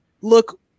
look